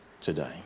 today